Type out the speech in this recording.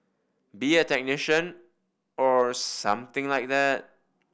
be a technician or something like that